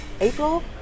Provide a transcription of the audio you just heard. April